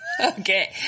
okay